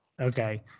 Okay